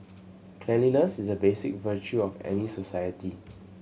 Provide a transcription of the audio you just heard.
cleanliness is a basic virtue of any society